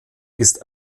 ist